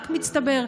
רק מצטבר,